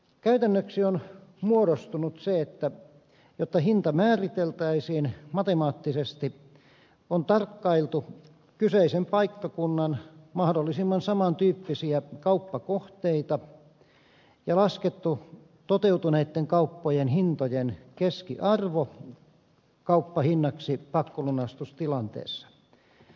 käytännöksi on muodostunut se että jotta hinta määriteltäisiin matemaattisesti on tarkkailtu kyseisen paikkakunnan mahdollisimman samantyyppisiä kauppakohteita ja laskettu toteutuneitten kauppojen hintojen keskiarvo kauppahinnaksi pakkolunastustilanteessa